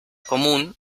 común